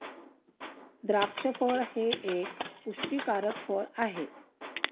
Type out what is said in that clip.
द्राक्ष फळ हे एक पुष्टीकारक फळ आहे